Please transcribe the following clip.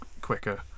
quicker